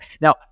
Now